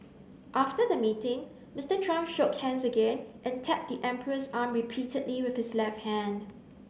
after the meeting Mister Trump shook hands again and tapped the emperor's arm repeatedly with his left hand